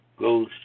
goes